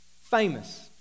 Famous